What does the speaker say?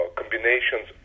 combinations